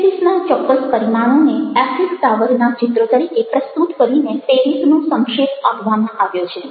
પેરિસના ચોક્કસ પરિમાણોને એફિલ ટાવરના ચિત્ર તરીકે પ્રસ્તુત કરીને પેરિસનો સંક્ષેપ આપવામાં આવ્યો છે